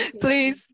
Please